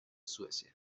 suecia